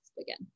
again